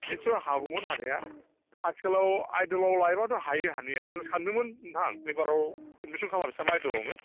निस्सय हागौमोन हानाया आथिखालाव आइद'लाव लायोबाथ' हायो हानाया आं सान्दोंमोन नोंथांबेबाराव एदमिस'न खालामनोसै नामा आइद'लावनो